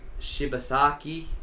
Shibasaki